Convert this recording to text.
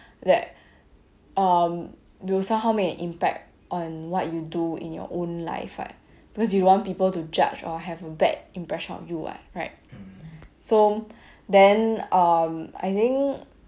that um will somehow may impact on what you do in your own life what because you don't want people to judge or have a bad impression of you what right so then um I think